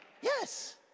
Yes